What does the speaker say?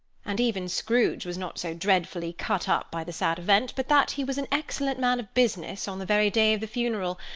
and even scrooge was not so dreadfully cut up by the sad event, but that he was an excellent man of business on the very day of the funeral,